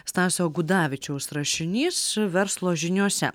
stasio gudavičiaus rašinys verslo žiniose